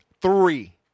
Three